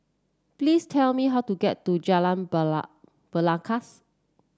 please tell me how to get to Jalan Belangkas